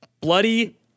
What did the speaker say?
Bloody